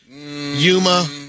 Yuma